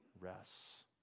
rests